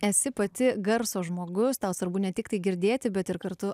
esi pati garso žmogus tau svarbu ne tik tai girdėti bet ir kartu